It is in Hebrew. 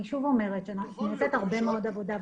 אני שוב אומרת שנעשית הרבה עבודה,